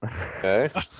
Okay